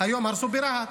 היום הרסו ברהט.